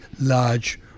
large